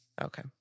Okay